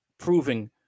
Proving